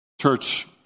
Church